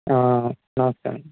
నమస్తే అండి